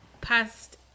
past